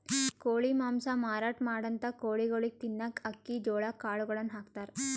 ಕೋಳಿ ಮಾಂಸ ಮಾರಾಟ್ ಮಾಡಂಥ ಕೋಳಿಗೊಳಿಗ್ ತಿನ್ನಕ್ಕ್ ಅಕ್ಕಿ ಜೋಳಾ ಕಾಳುಗಳನ್ನ ಹಾಕ್ತಾರ್